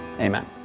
amen